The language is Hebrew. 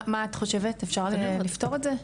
מה את חושבת, אפשר לפתור את זה?